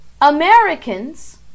Americans